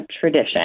tradition